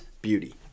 beauty